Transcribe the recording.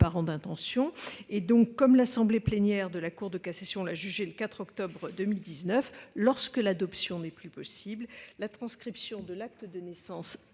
parent d'intention. Enfin, comme l'a jugé l'assemblée plénière de la Cour de cassation le 4 octobre 2019, lorsque l'adoption n'est plus possible, la transcription de l'acte de naissance